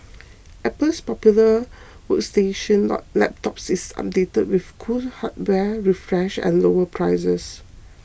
Apple's popular workstation laptops is updated with cool hardware refresh and lower prices